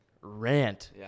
rant